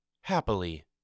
Happily